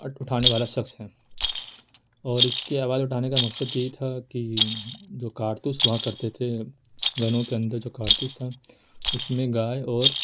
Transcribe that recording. اٹھانے والا شخص ہے اور اس کی آواز اٹھانے کا مقصد یہی تھا کہ جو کارتوس ہوا کرتے تھے گنوں کے اندر جو کارتوس تھا اس میں گائے اور